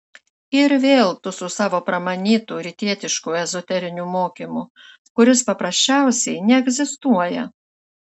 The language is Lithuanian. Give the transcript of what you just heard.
ir vėl tu su savo pramanytu rytietišku ezoteriniu mokymu kuris paprasčiausiai neegzistuoja